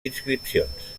inscripcions